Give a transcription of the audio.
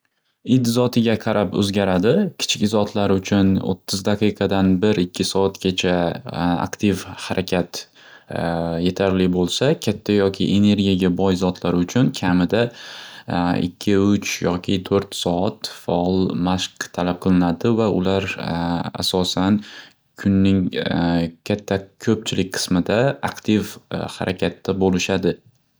It zotiga qarab o'zgaradi, kichik zotlar uchun o'ttiz daqiqadan bir ikki soatgacha aktiv xarakat yetarli bo'lsa katta yoki energiyaga boy zotlar uchun kamida ikki uch yoki to'rt soat va mashq talab qilinadi va ular asosan kunning katta ko'pchilik qismida aktiv xarakatda bo'lishadi.